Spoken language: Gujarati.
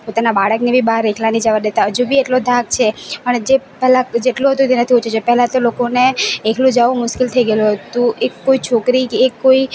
પોતાનાં બાળકને બી બહાર એકલા નહીં જવા દેતા હજુ બી એટલો ધાક છે અને જે પહેલાં જેટલો હતો તેનાથી ઓછો છે પહેલાં તો લોકોને એકલું જવું મુશ્કેલ થઈ ગયેલું હતું એક કોઈ છોકરી કે એક કોઈ